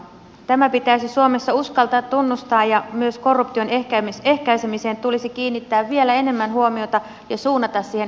tämä pitäisi suomessa uskaltaa tunnustaa ja myös korruption ehkäisemiseen tulisi kiinnittää vielä enemmän huomiota ja suunnata siihen resursseja